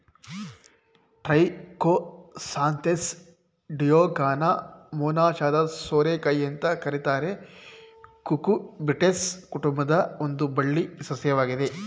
Trichosanthes ಡಿಯೋಕಾನ ಮೊನಚಾದ ಸೋರೆಕಾಯಿ ಅಂತ ಕರೀತಾರೆ ಕುಕುರ್ಬಿಟೇಸಿ ಕುಟುಂಬದ ಒಂದು ಬಳ್ಳಿ ಸಸ್ಯವಾಗಿದೆ